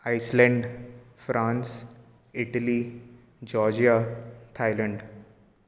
Iceland France Italy Georgia Thailand